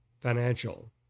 financial